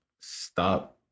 stop